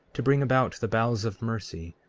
to bring about the bowels of mercy,